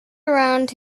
around